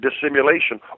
dissimulation